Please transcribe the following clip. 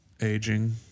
aging